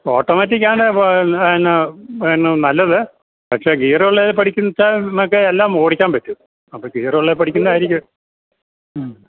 ഓട്ടോമാറ്റിക്കാണ് പിന്നെ പിന്നെ നല്ലത് പക്ഷേ ഗിയറുള്ളതിൽ പഠിക്കുന്നത് വെച്ചാൽ മറ്റേ എല്ലാം ഓടിക്കാൻ പറ്റും അപ്പം ഗിയറുള്ള പഠിക്കുന്നത് ആയിരിക്കും